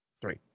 Three